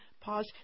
pause